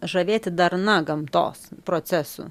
žavėti darna gamtos procesų